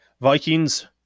Vikings